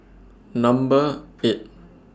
Number eight